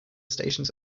stations